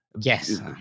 Yes